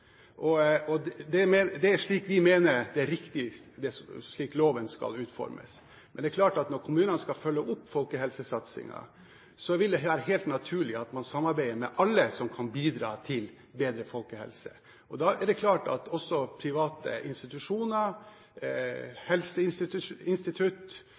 at loven utformes slik. Men det er klart at når kommunene skal følge opp folkehelsesatsingen, vil det være helt naturlig at man samarbeider med alle som kan bidra til bedre folkehelse. Da er det klart at også private institusjoner,